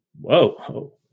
whoa